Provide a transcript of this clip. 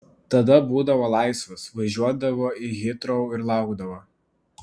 tada būdavo laisvas važiuodavo į hitrou ir laukdavo